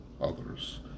others